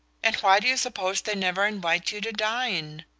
and why do you suppose they never invite you to dine?